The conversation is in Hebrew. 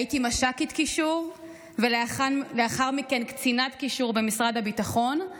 הייתי מש"קית קישור ולאחר מכן קצינת קישור במשרד הביטחון,